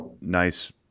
nice –